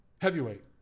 heavyweight